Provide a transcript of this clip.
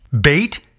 bait